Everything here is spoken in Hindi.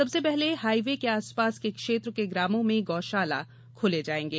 सबसे पहले हाई वे के आसपास के क्षेत्र के ग्रामों में गौ शाला खोले जायेंगे